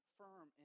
firm